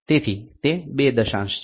તેથી તે બે દશાંશ છે